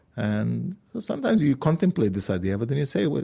and sometimes you contemplate this idea, but then you say, well,